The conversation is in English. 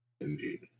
Indeed